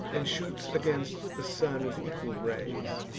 and shoots against the sun with equal rays.